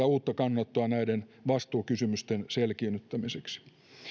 uutta kannanottoa näiden vastuukysymysten selkiinnyttämiseksi